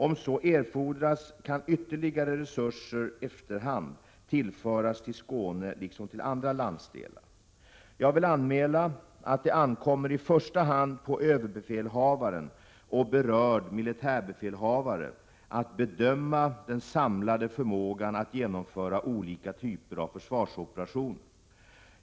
Om så erfordras kan ytterligare resurser efter hand tillföras till Skåne liksom till andra landsdelar. Jag vill anmäla att det ankommer i första hand på överbefälhavaren och berörd militärbefälhavare att bedöma den samlade förmågan att genomföra olika typer av försvarsoperationer.